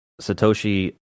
Satoshi